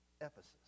Ephesus